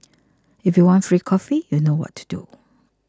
if you want free coffee you know what to do